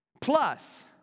Plus